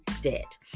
debt